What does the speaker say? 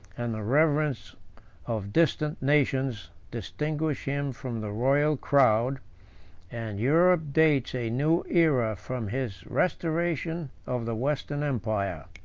and the reverence of distant nations, distinguish him from the royal crowd and europe dates a new aera from his restoration of the western empire.